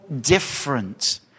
different